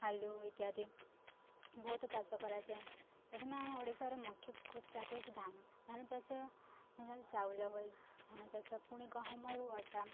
ଆଳୁ ଇତ୍ୟାଦି ବହୁତ ଚାଷ କରାଯାଏ ପ୍ରଥମେ ଆମ ଓଡ଼ିଶାର ମୁଖ୍ୟ କୃଷି ଚାଷ ହେଉଛି ଧାନ ଧାନ ଚାଷ ଚାଉଳ ହୁଏ ଧାନ ଚାଷ ପୁଣି ଗହମରୁ ଅଟା